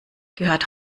gehört